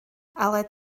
aled